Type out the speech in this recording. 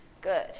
Good